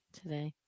today